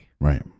Right